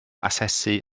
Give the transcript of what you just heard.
asesu